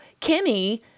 Kimmy